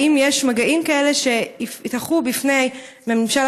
האם יש מגעים כאלה שיפתחו בפני הממשל